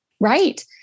Right